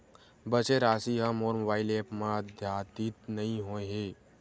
बचे राशि हा मोर मोबाइल ऐप मा आद्यतित नै होए हे